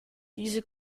diese